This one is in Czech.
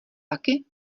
taky